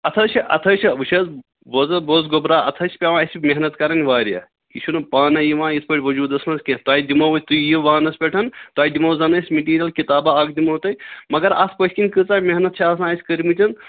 اَتھ حظ چھِ اَتھ حظ چھِ وٕچھ حظ بوز حظ بوز گۄبرا اَتھ حظ چھِ پٮ۪وان اَسہِ محنت کَرٕنۍ واریاہ یہِ چھُنہٕ پانے یِوان یِتھ پٲٹھۍ وُجوُدَس منٛز کیٚنٛہہ تۄہہِ دِمو أسۍ تُہۍ یِیِو وانس پٮ۪ٹھ تُہۍ دِمو زَن أسۍ مٹیٖرل کتابا اَکھ دِمو تۄہہِ مگر اَتھ پٔتکِنۍ کٕژاہ محنت چھِ آسان اَسہِ کٔرمِتٮ۪ن